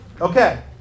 Okay